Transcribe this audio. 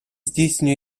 здійснює